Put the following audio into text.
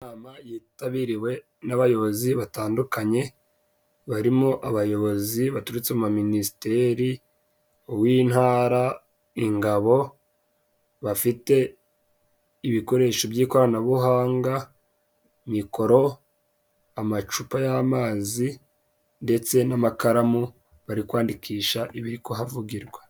Inama yitabiriwe n'abayobozi batandukanye barimo abayobozi baturutse mu maminisiteri, uw'intara, ingabo bafite ibikoresho by'ikoranabuhanga, mikoro, amacupa y'amazi ndetse n'amakaramu bari kwandikisha ibiri kuhavugirwa.